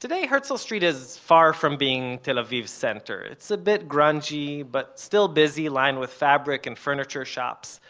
today herzl street is very far from being tel aviv's center. it's a bit grungy, but still busy, lined with fabric and furniture shops.